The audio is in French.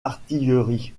artillerie